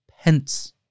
Pence